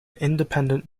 independent